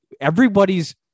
everybody's